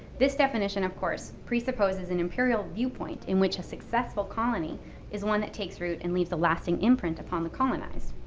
this definition, of course, presupposes an imperial viewpoint in which a successful colony is one that takes root and leaves a lasting imprint upon the colonized.